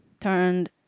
turned